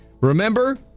Remember